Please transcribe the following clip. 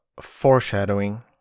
foreshadowing